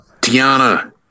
Tiana